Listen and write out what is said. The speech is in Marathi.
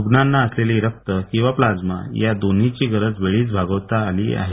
रुग्णांना असलेली रक्त किंवा प्लाज्मा या दोन्हीची गरज वेळीच भागवता आली आहे